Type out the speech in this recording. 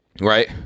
Right